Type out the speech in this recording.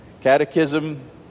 Catechism